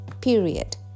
Period